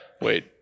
Wait